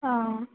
অঁ